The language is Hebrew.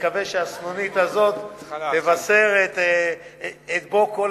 מקווה שהסנונית הזאת מבשרת את בוא כל